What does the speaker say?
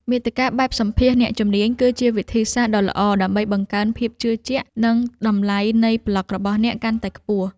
មាតិកាបែបសម្ភាសន៍អ្នកជំនាញ គឺជាវិធីសាស្រ្តដ៏ល្អដើម្បីបង្កើនភាពជឿជាក់ និងតម្លៃនៃប្លក់របស់អ្នកកាន់តែខ្ពស់។